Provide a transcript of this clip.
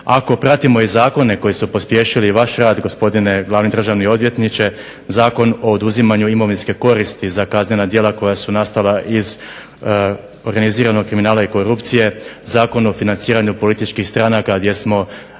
Ako pratimo i zakone koji su pospješili vaš rad gospodine glavni državni odvjetniče Zakon o oduzimanje imovinske koristi za kaznena djela koja su nastala iz organiziranog kriminala i korupcije Zakon o financiranju političkih stranaka gdje smo